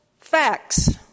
facts